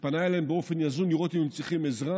הוא פנה אליהם באופן יזום לראות אם הם צריכים עזרה,